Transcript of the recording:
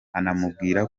anamubwira